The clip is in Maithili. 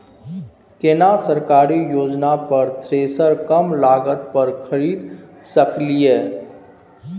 केना सरकारी योजना पर थ्रेसर कम लागत पर खरीद सकलिए?